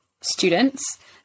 students